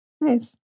Nice